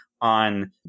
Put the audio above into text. on